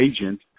agent